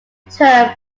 term